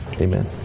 Amen